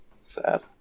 Sad